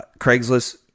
Craigslist